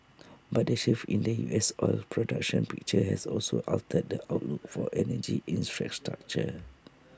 but the shift in the U S oil production picture has also altered the outlook for energy infrastructure